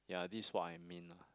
yeah this is what I mean lah